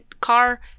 car